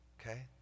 okay